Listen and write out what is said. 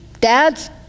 dads